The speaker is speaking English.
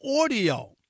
audio